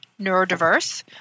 neurodiverse